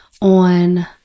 on